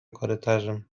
korytarzem